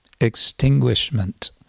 extinguishment